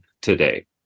today